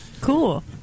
cool